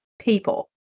people